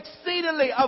Exceedingly